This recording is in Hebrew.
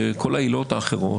כל העילות האחרות,